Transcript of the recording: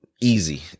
easy